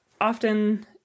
often